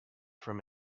from